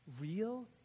Real